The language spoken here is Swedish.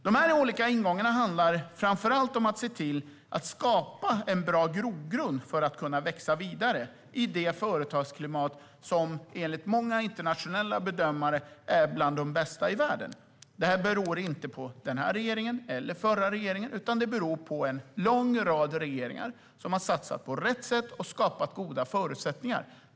Dessa olika ingångar handlar framför allt om att se till att skapa en bra grogrund för att man ska kunna växa vidare i det företagsklimat som enligt många internationella bedömare är bland de bästa i världen. Det beror inte på den här regeringen och inte på den förra regeringen, utan det beror på en lång rad regeringar som har satsat på rätt sätt och skapat goda förutsättningar.